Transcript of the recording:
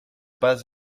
pas